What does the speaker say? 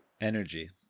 energy